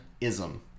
ism